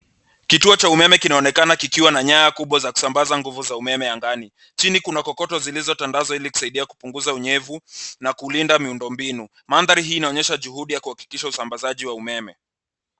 Kituo cha umeme kinaonekana kikiwa na nyaya kubwa za kusambaza nguvu za umeme angani. Chini kuna kokoto zilizotandazwa ili kusidia kupunguza unyevu na kulinda miundo mbinu. Mandhari hii inaonyesha juhudi ya kuhakikisha usambazaji wa umeme.